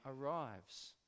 arrives